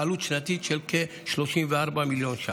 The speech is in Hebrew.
בעלות שנתית של כ-34 מיליון ש"ח.